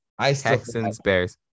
Texans-Bears